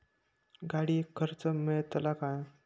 गाडयेक कर्ज मेलतला काय?